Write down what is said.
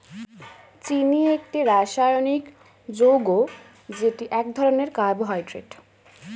চিনি একটি রাসায়নিক যৌগ যেটি এক ধরনের কার্বোহাইড্রেট